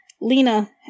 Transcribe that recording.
Lena